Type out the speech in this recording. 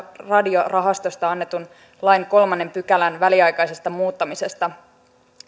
radiorahastosta annetun lain kolmannen pykälän väliaikaisesta muuttamisesta